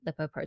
lipoprotein